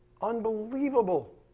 Unbelievable